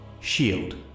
SHIELD